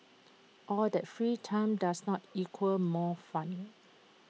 all that free time does not equal more fun